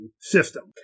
system